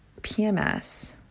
PMS